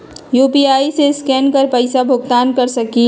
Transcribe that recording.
UPI से scan कर पईसा भुगतान कर सकलीहल?